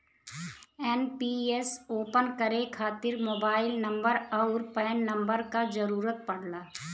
NPS open करे खातिर mobile number आउर पैन नंबर क जरुरत पड़ला